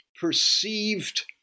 perceived